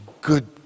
good